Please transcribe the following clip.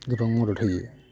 गोबां मदद होयो